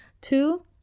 Two